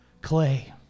clay